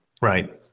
Right